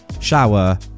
shower